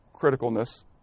criticalness